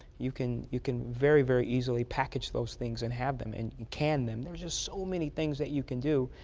you can you can very very easily package those things that and have them and can them. there are just so many things that you can do.